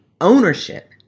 ownership